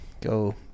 go